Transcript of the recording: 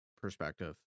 perspective